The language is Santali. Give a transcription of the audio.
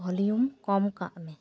ᱵᱷᱚᱞᱤᱭᱩᱢ ᱠᱚᱢ ᱠᱟᱜ ᱢᱮ